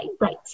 right